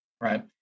Right